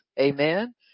Amen